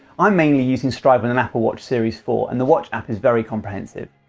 i'm mainly using stryd with an apple watch series four, and the watch app is very comprehensive.